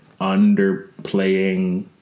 underplaying